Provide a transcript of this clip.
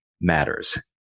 matters